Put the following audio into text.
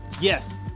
yes